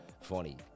Funny